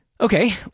Okay